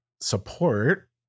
support